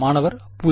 மாணவர் 0